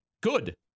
Good